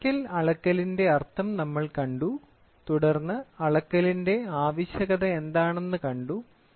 mechanical അളക്കലിന്റെ അർത്ഥം നമ്മൾ കണ്ടു തുടർന്ന് അളക്കലിന്റെ ആവശ്യകത എന്താണെന്ന് കണ്ടു